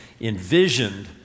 envisioned